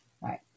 right